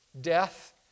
Death